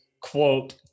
quote